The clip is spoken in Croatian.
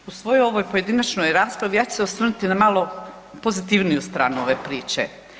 U svojoj ovoj pojedinačnoj raspravi, ja ću se osvrnuti na malo pozitivniju stranu ove priče.